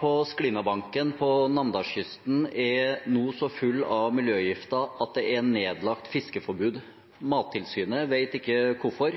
på Sklinnabanken på Namdalskysten er så full av miljøgifter at det er nedlagt fiskeforbud. Mattilsynet vet ikke hvorfor.